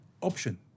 option